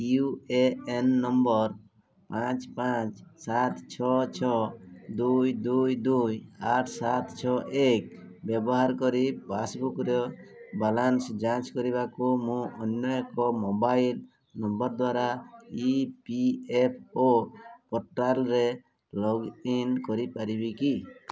you A N number ପାଞ୍ଚ ପାଞ୍ଚ ସାତ ଛଅ ଛଅ ଦୁଇ ଦୁଇ ଦୁଇ ଆଠ ସାତ ଛଅ ଏକ ବ୍ୟବହାର କରି ପାସ୍ବୁକ୍ର ବାଲାନ୍ସ୍ ଯାଞ୍ଚ କରିବାକୁ ମୁଁ ଅନ୍ୟ ଏକ ମୋବାଇଲ୍ ନମ୍ବର୍ ଦ୍ଵାରା ଇ ପି ଏଫ୍ ଓ ପୋର୍ଟାଲ୍ରେ ଲଗ୍ଇନ୍ କରିପାରିବି କି